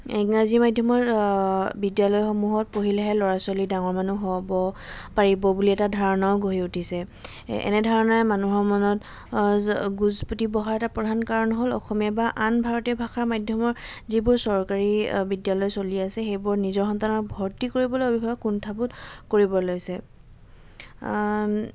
ইংৰাজী মাধ্যমৰ বিদ্যালয়সমূহত পঢ়িলেহে ল'ৰা ছোৱালী ডাঙৰ মানুহ হ'ব পাৰিব বুলি এটা ধাৰণাও গঢ়ি উঠিছে এনে ধাৰণাই মানুহৰ মনত গোজপুতি বঢ়াৰ এটা প্ৰধান কাৰণ হ'ল অসমীয়া বা আন ভাৰতীয় ভাষাৰ মাধ্যমৰ যিবোৰ চৰকাৰী বিদ্যালয় চলি আছে সেইবোৰ নিজৰ সন্তানত ভৰ্তি কৰিবলৈ অভিভাৱক কুণ্ঠাবোধ কৰিব লৈছে